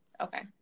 okay